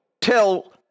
tell